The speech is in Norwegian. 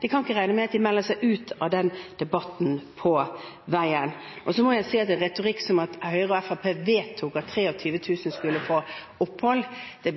De kan ikke regne med at de melder seg ut av den debatten på veien. Så må jeg si at en retorikk om at Høyre og Fremskrittspartiet vedtok at 23 000 skulle få opphold,